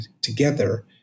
together